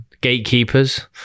gatekeepers